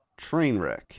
Trainwreck